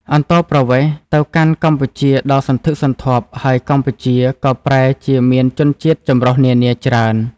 អន្តោប្រវេសន៍ ទៅកាន់កម្ពុជាដ៏សន្ធឹកសន្ធាប់ ហើយកម្ពុជាក៏ប្រែជាមានជនជាតិចម្រុះនានាច្រើន ។